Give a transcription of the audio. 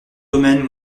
domaines